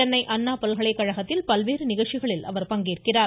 சென்னை அண்ணாப் பல்கலைகழகத்தில் பல்வேறு நிகழ்ச்சிகளில் அவர் பங்கேற்கிறார்